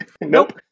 Nope